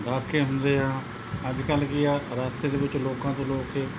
ਡਾਕੇ ਹੁੰਦੇ ਹੈ ਅੱਜ ਕੱਲ੍ਹ ਕੀ ਹੈ ਰਸਤੇ ਦੇ ਵਿੱਚ ਲੋਕਾਂ ਕੋਲੋਂ ਰੋਕ ਕੇ